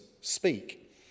speak